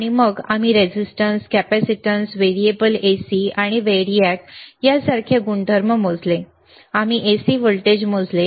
आणि मग आम्ही रेझिस्टन्स कॅपेसिटन्स व्हेरिएबल AC किंवा व्हेरिएक सारख्या गुणधर्म मोजले आम्ही AC व्होल्टेज मोजले